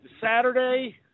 Saturday